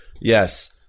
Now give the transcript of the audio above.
yes